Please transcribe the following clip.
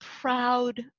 proud